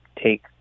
take